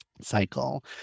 cycle